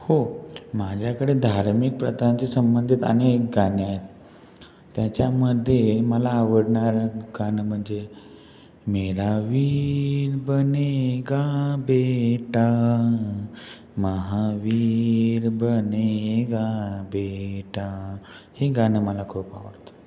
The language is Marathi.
हो माझ्याकडे धार्मिक प्रथांचे संबंधित अनेक गाणे आहे त्याच्यामध्ये मला आवडणारं गाणं म्हणजे मेरा वीर बनेगा बेटा महावीर बनेगा बेटा हे गाणं मला खूप आवडतं